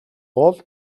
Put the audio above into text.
гол